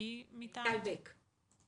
מיטל בק,